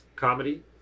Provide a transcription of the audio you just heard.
Comedy